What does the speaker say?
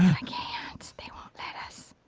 i can't. they won't let us.